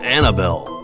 Annabelle